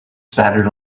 spattered